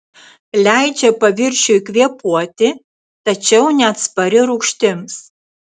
leidžia paviršiui kvėpuoti tačiau neatspari rūgštims